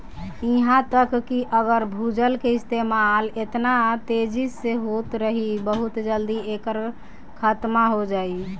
इहा तक कि अगर भूजल के इस्तेमाल एतना तेजी से होत रही बहुत जल्दी एकर खात्मा हो जाई